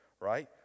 right